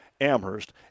Amherst